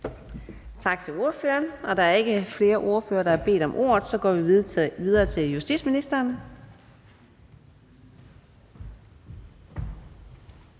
Tak til ordføreren. Og der er ikke flere ordførere, der har bedt om ordet. Så går vi videre til justitsministeren.